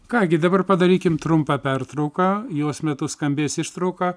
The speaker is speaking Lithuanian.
ką gi dabar padarykim trumpą pertrauką jos metu skambės ištrauka